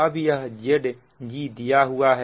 अब यह Zg दिया हुआ है